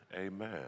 Amen